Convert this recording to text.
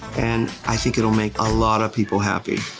and i think it'll make a lot of people happy.